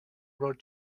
rod